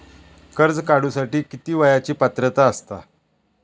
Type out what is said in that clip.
कर्ज काढूसाठी किती वयाची पात्रता असता?